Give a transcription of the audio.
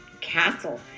castle